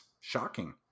Shocking